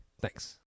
thanks